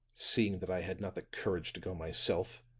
seeing that i had not the courage to go myself,